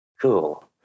Cool